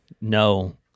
no